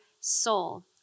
soul